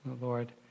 Lord